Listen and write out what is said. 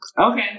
Okay